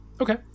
Okay